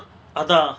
அதா:atha